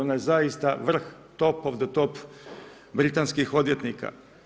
Ona je zaista vrh, top of the top britanskih odvjetnika.